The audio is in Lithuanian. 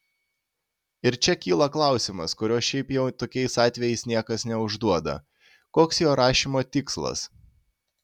ir čia kyla klausimas kurio šiaip jau tokiais atvejais niekas neužduoda koks jo rašymo tikslas